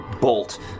bolt